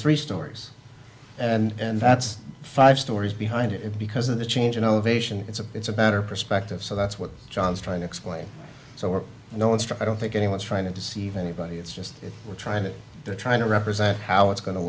three stores and that's five stories behind it because of the change in elevation it's a it's a better perspective so that's what john's trying to explain so we're no one struck i don't think anyone's trying to deceive anybody it's just we're trying to trying to represent how it's go